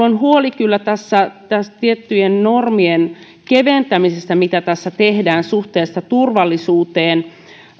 on kyllä huoli tiettyjen normien keventämisestä mitä tässä tehdään suhteessa turvallisuuteen